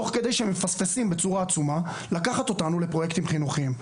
תוך כדי שהם מפספסם בצורה עצומה לקחת אותנו לפרוייקטים חינוכיים.